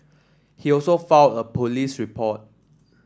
he also filed a police report